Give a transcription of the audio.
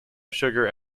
sugar